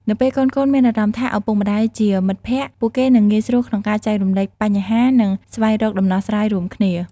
នៅពេលកូនៗមានអារម្មណ៍ថាឪពុកម្ដាយជាមិត្តភក្តិ ពួកគេនឹងងាយស្រួលក្នុងការចែករំលែកបញ្ហា និងស្វែងរកដំណោះស្រាយរួមគ្នា។